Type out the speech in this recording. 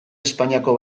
espainiako